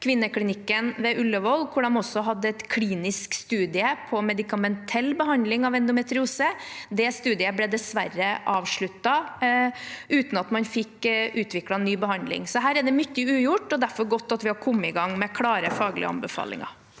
kvinneklinikken ved Ullevål, hvor de også hadde en klinisk studie på medikamentell behandling av endometriose. Den studien ble dessverre avsluttet uten at man fikk utviklet ny behandling. Så her er det mye ugjort, og det er derfor godt at vi har kommet i gang med klare faglige anbefalinger.